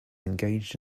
engaged